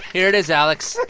here it is, alex.